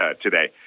today